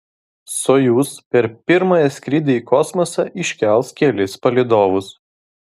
sojuz per pirmąjį skrydį į kosmosą iškels kelis palydovus